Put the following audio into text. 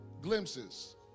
glimpses